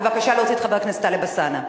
בבקשה להוציא את חבר הכנסת טלב אלסאנע.